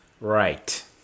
Right